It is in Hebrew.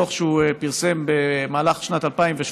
בדוח שהוא פרסם במהלך שנת 2017,